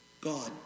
God